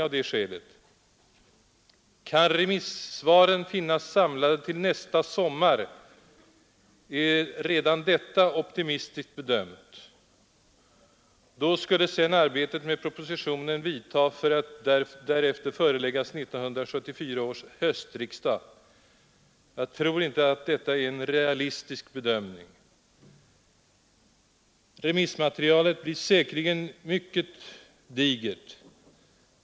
Redan bedömningen att remissvaren skall kunna finnas samlade till nästa sommar är optimistisk. Sedan skulle arbetet med propositionen vidta och propositionen därefter föreläggas 1974 års höstriksdag. Jag tror inte att det är en realistisk bedömning. Remissmaterialet blir säkerligen mycket digert.